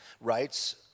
rights